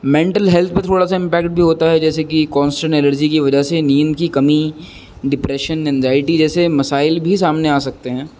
mental health پہ تھوڑا سا امپیکٹ بھی ہوتا ہے جیسے کہ کانسٹینٹ الرجی کی وجہ سے نیند کی کمی ڈپریشن اینزائٹی جیسے مسائل بھی سامنے آ سکتے ہیں